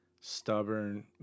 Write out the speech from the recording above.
stubborn